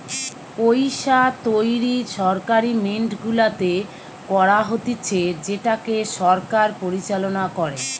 পইসা তৈরী সরকারি মিন্ট গুলাতে করা হতিছে যেটাকে সরকার পরিচালনা করে